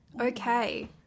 Okay